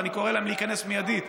ואני קורא להם להיכנס מיידית